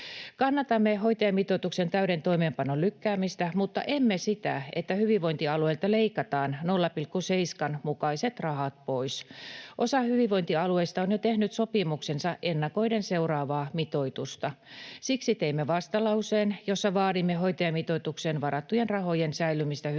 Kannatamme hoitajamitoituksen täyden toimeenpanon lykkäämistä mutta emme sitä, että hyvinvointialueilta leikataan 0,7:n mukaiset rahat pois. Osa hyvinvointialueista on jo tehnyt sopimuksensa ennakoiden seuraavaa mitoitusta. Siksi teimme vastalauseen, jossa vaadimme hoitajamitoitukseen varattujen rahojen säilymistä hyvinvointialueilla,